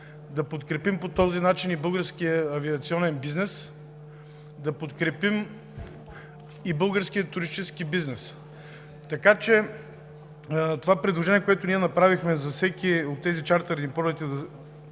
да подкрепим и българския авиационен бизнес, да подкрепим и българския туристически бизнес. Така че предложението, което направихме – за всеки от тези чартърни